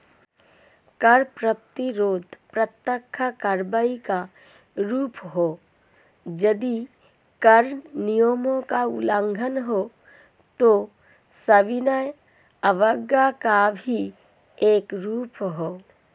कर प्रतिरोध प्रत्यक्ष कार्रवाई का रूप है, यदि कर नियमों का उल्लंघन है, तो सविनय अवज्ञा का भी एक रूप है